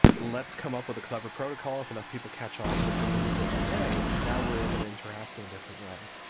let's come up with a clever protocol, if enough people catch on we'll do it in a different way, and now we are able to interact in a different way.